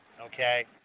Okay